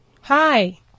Hi